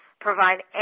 provide